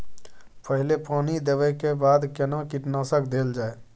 पहिले पानी देबै के बाद केना कीटनासक देल जाय?